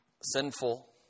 sinful